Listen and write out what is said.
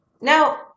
Now